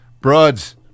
Broads